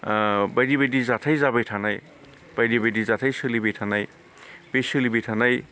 बायदि बायदि जाथाय जाबाय थानाय बायदि बायदि जाथाय सोलिबाय थानाय बे सोलिबाय थानाय